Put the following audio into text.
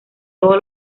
todos